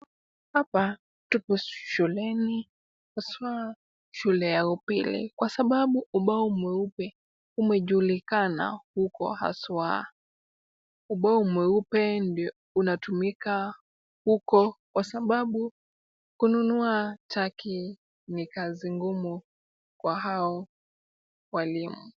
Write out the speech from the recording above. Hapa tuko shuleni hasa shule ya upili kwa sababu ubao mweupe umejulikana huko hasa. Ubao mweupe ndio unatumika huko kwa sababu kununua chaki ni kazi ngumu kwa hao walimu.